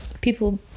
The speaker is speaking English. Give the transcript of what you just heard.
People